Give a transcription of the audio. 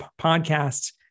podcasts